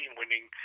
winning